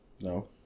No